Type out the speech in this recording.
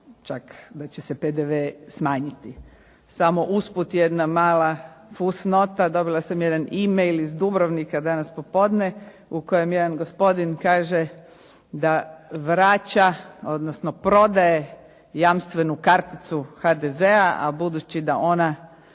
čak da će se PDV smanjiti. Samo usput jedna mala fusnota, dobila sam jedan e-mail iz Dubrovnika danas popodne, u kojem jedan gospodin kaže da vraća, odnosno prodaje jamstvenu karticu HDZ-a, a budući da ona,